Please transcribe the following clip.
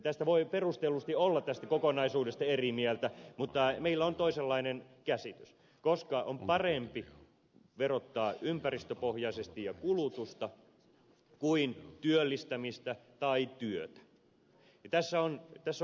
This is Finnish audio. tästä voi perustellusti olla tästä kokonaisuudesta eri mieltä mutta meillä on toisenlainen käsitys koska on parempi verottaa ympäristöpohjaisesti ja kulutusta kuin työllistämistä tai työtä